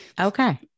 Okay